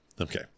Okay